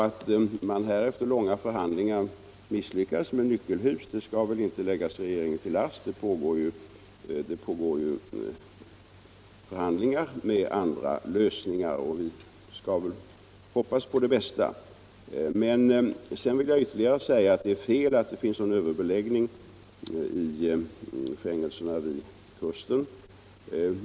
Att man här efter långa förhandlingar misslyckats med Nyckelhus skall väl inte läggas regeringen till last. Det pågår ju förhandlingar om andra lösningar, och vi skall hoppas på det bästa. Jag vill tillägga att det är fel att det skulle finnas någon överbeläggning i fängelserna vid kusten.